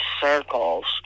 circles